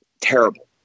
terrible